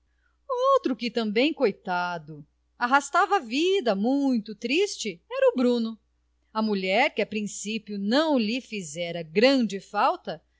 outro que também coitado arrastava a vida muito triste era o bruno a mulher que a principio não lhe fizera grande falta